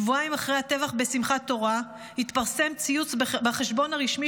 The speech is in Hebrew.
שבועיים אחרי הטבח בשמחת תורה התפרסם ציוץ בחשבון הרשמי